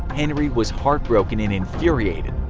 henry was heartbroken and infuriated.